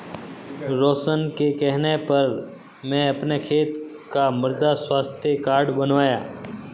रोशन के कहने पर मैं अपने खेत का मृदा स्वास्थ्य कार्ड बनवाया